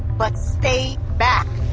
but stay back